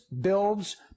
builds